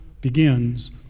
begins